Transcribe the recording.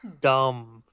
dumb